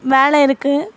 வேலை இருக்குது